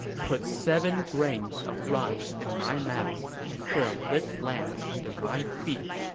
put seven grains of rice in my mouth and put a lit lamp under my feet.